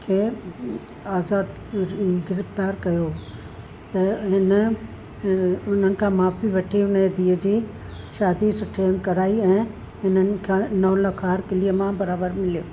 खे आज़ादु गिरफ़्तारु कयो त हिन उन्हनि खां माफ़ी वठी हुनजी धीअ जी शादी सुठे हंधि कराई ऐं हिननि खे नौलखो हार किलीअ में बराबरि मिलियो